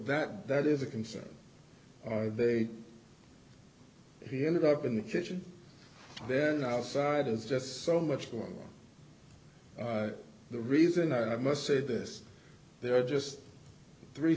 that that is a concern they he ended up in the kitchen then outside is just so much for the reason i must say this there are just three